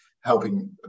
helping